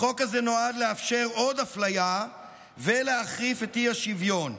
החוק הזה נועד לאפשר עוד אפליה ולהחריף את האי-שוויון,